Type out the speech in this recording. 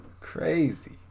Crazy